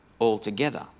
altogether